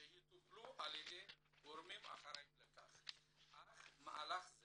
שיטופלו על ידי הגורמים האחראיים לכך, אך מהלך זה